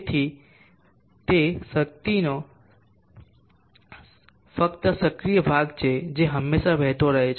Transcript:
તેથી તે શક્તિનો ફક્ત સક્રિય ભાગ છે જે હંમેશાં વહેતો રહે છે